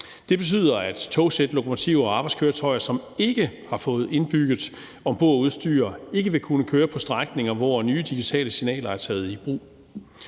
Det betyder, at togsæt, lokomotiver og arbejdskøretøjer, som ikke har fået indbygget ombordudstyr, ikke vil kunne køre på strækninger, hvor nye digitale signaler er taget i brug.